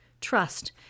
trust